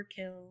overkill